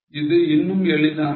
இது இன்னும் எளிதானது